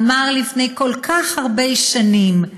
הוא אמר לפני כל כך הרבה שנים,